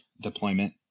deployment